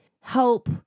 help